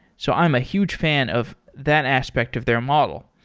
so i'm a huge fan of that aspect of their model.